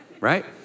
right